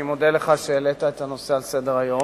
אני מודה לך על שהעלית את הנושא על סדר-היום.